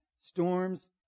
storms